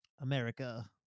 America